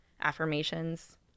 affirmations